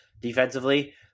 defensively